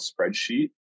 spreadsheet